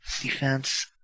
Defense